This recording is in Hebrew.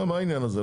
מה העניין הזה?